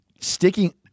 sticking –